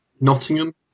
Nottingham